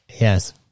Yes